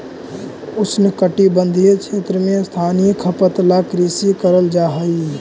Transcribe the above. उष्णकटिबंधीय क्षेत्र में स्थानीय खपत ला कृषि करल जा हई